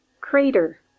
crater